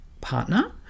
partner